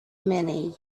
many